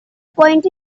point